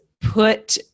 put